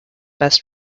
best